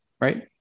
right